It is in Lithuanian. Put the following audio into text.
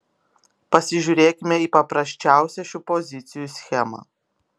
pasižiūrėkime į paprasčiausią šių pozicijų schemą